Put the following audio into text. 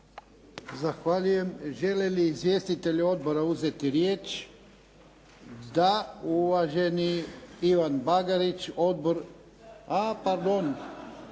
Zahvaljujem. Žele li izvjestitelji odbora uzeti riječ? Da. Uvaženi Ivan Bagarić, Odbor… A pardon,